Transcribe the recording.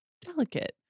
delicate